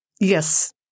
Yes